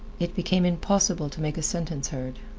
it became impossible to make a sentence heard.